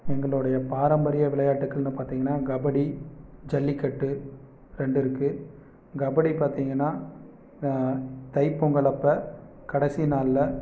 எங்களுடைய பாரம்பரிய விளையாட்டுக்கள்னு பார்த்திங்கன்னா கபடி ஜல்லிக்கட்டு ரெண்டு இருக்குது கபடி பார்த்திங்கன்னா தைப்பொங்கல் அப்போ கடைசி நாளில்